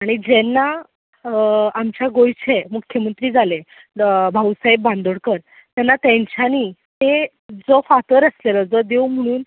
आनी जेन्ना आमच्या गोंयचे मुख्यमंत्री जाले भाऊसाहेब बांदोडकर तेन्ना तेंच्यानी जो फातर आसलेलो जो देव म्हणून